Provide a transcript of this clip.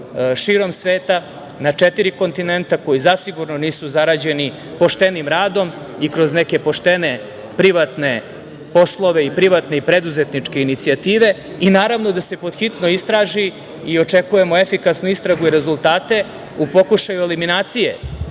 širom sveta, na četiri kontinenta koji zasigurno nisu zarađeni poštenim radom i kroz neke poštene privatne poslove i privatne i preduzetničke inicijative. Naravno, da se pod hitno istraži i očekujemo efikasnu istragu i rezultate u pokušaju eliminacije